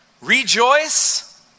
rejoice